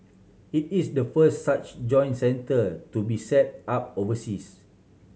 it is the first such join centre to be set up overseas